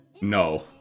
No